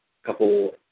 couple